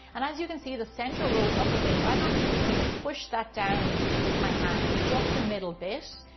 and as you can see the center rose up a bit so i'm actually just going to push that down with my hands, just the middle bit.